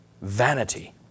vanity